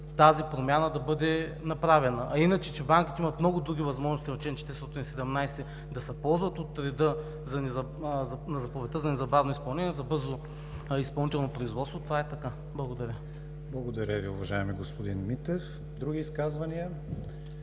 тази промяна да бъде направена. А иначе, че банките имат много други възможности на чл. 417 да се ползват от реда на заповедта за незабавно изпълнение за бързо изпълнително производство, това е така. Благодаря. ПРЕДСЕДАТЕЛ КРИСТИАН ВИГЕНИН: Благодаря Ви, уважаеми господин Митев. Други изказвания?